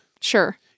Sure